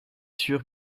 sûr